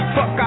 Fuck